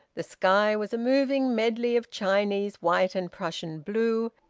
the sky was a moving medley of chinese white and prussian blue,